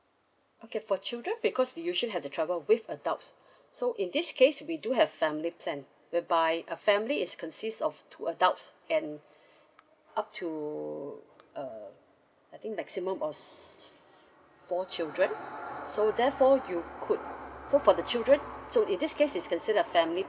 okay for children because they usually have to travel with adults so in this case we do have family plan whereby a family is consist of two adults and up to uh I think maximum of four children so therefore you could so for the children so in this case is considered a family